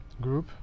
group